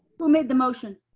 who made the motion?